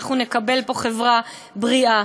נקבל פה חברה בריאה,